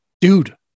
dude